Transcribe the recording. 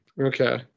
Okay